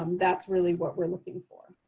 um that's really what we're looking for.